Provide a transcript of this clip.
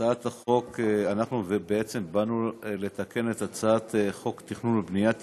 הצעת החוק, בעצם באנו לתקן את הצעת חוק התכנון והבנייה (תיקון,